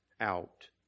out